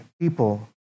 people